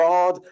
God